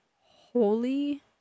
Holy